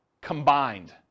combined